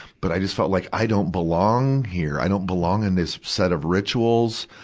but i just felt like, i don't belong here. i don't belong in this set of rituals.